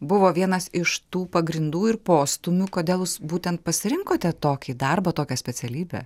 buvo vienas iš tų pagrindų ir postūmių kodėl būtent pasirinkote tokį darbą tokią specialybę